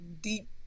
deep